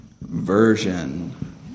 Version